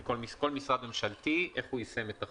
איך יישם כל משרד ממשלתי את החוק,